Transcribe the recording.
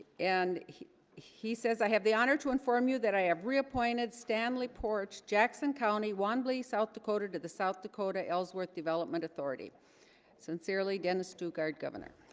and he he says i have the honor to inform you that i have reappointed stan lee porch jackson county wand lee south dakota to the south dakota, ellsworth development authority sincerely dennis dugard governor